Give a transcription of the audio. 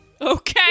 Okay